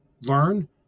learn